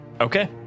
okay